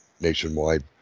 nationwide